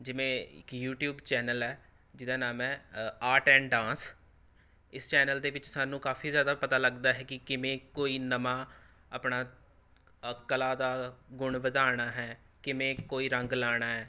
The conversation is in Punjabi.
ਜਿਵੇਂ ਕਿ ਯੂਟਿਊਬ ਚੈੱਨਲ ਹੈ ਜਿਹਦਾ ਨਾਮ ਹੈ ਆਰਟ ਐਂਡ ਡਾਂਸ ਇਸ ਚੈੱਨਲ ਦੇ ਵਿੱਚ ਸਾਨੂੰ ਕਾਫੀ ਜ਼ਿਆਦਾ ਪਤਾ ਲਗਦਾ ਹੈ ਕਿ ਕਿਵੇਂ ਕੋਈ ਨਵਾਂ ਆਪਣਾ ਕਲਾ ਦਾ ਗੁਣ ਵਧਾਉਣਾ ਹੈ ਕਿਵੇਂ ਕੋਈ ਰੰਗ ਲਾਉਣਾ ਹੈ